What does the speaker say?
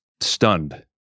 stunned